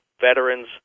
Veterans